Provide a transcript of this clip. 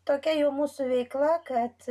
tokia jau mūsų veikla kad